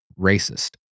racist